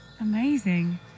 Amazing